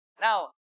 now